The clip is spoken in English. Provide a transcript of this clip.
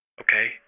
Okay